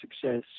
success